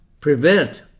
prevent